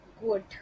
good